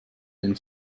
den